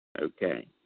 Okay